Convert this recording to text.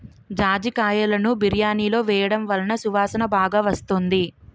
జాజికాయలును బిర్యానిలో వేయడం వలన సువాసన బాగా వస్తుంది